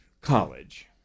college